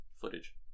footage